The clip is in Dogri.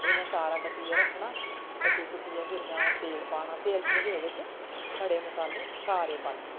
एह् में सारा कट्टियै रक्खना कट्टी कुट्टियै फ्ही में तेल पाना तेल च में फ्ही ओह्दे च खड़े मसाले सारे पाने